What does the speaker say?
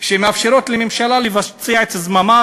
שמאפשרות לממשלה לבצע את זממה,